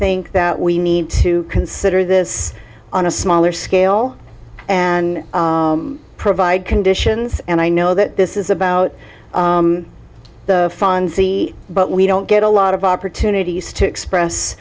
think that we need to consider this on a smaller scale and provide conditions and i know that this is about the fun see but we don't get a lot of opportunities to express